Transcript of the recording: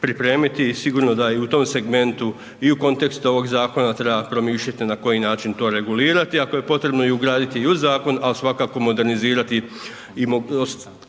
pripremiti i sigurno da i u tom segmentu i u kontekstu ovog zakona treba promišljati na koji način to regulirati, ako je potrebno i ugraditi i u zakon ali svakako modernizirati i ostaviti